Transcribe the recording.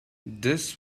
this